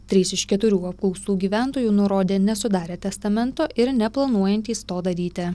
trys iš keturių apklaustų gyventojų nurodė nesudarę testamento ir neplanuojantys to daryti